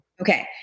Okay